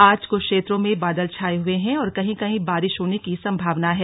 आज कुछ क्षेत्रों में बादल छाये हुए हैं और कहीं कहीं बारिश होने की संभावना है